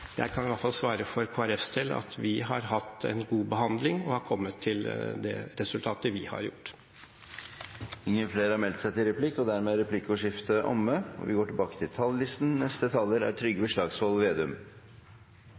jeg dessverre ikke innpass – som jeg av og til synes jeg kanskje burde hatt– men jeg kan iallfall svare for Kristelig Folkepartis del at vi har hatt en god behandling og har kommet til det resultatet vi har gjort. Dermed er replikkordskiftet omme. Vi er det stortinget som feiret 200 års-jubileet til